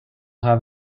have